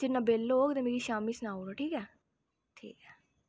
जिन्ना bill होग ते मिगी शाम्मी सनाओ ठीक ऐ ठीक ऐ